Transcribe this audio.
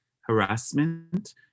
harassment